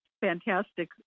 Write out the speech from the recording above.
fantastic